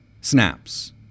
snaps